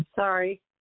sorry